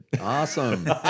Awesome